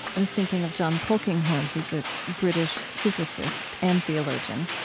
i was thinking of john polkinghorne, who's a british physicist and theologian,